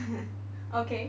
okay